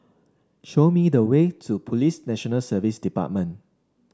show me the way to Police National Service Department